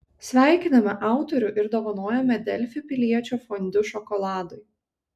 sveikiname autorių ir dovanojame delfi piliečio fondiu šokoladui